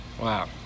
Wow